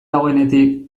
dagoenetik